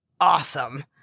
awesome